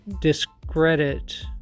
discredit